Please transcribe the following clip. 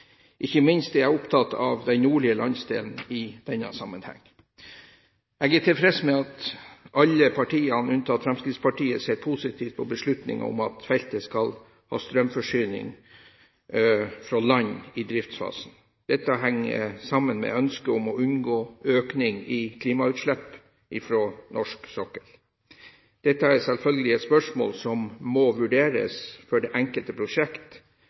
Ikke minst er jeg opptatt av den nordlige landsdelen i denne sammenheng. Jeg er tilfreds med at alle partiene, unntatt Fremskrittspartiet, ser positivt på beslutningen om at feltet skal ha strømforsyning fra land i driftsfasen. Dette henger sammen med ønsket om å unngå økning i klimautslipp fra norsk sokkel. Dette er selvfølgelig et spørsmål som må vurderes for det enkelte prosjekt,